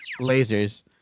Lasers